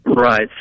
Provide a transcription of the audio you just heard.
Right